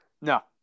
No